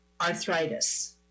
arthritis